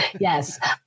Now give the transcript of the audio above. Yes